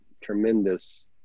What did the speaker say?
tremendous